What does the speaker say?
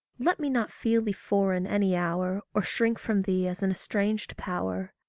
let me not feel thee foreign any hour, or shrink from thee as an estranged power.